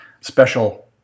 special